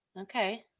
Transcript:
Okay